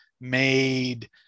made